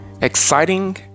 exciting